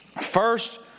first